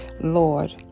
Lord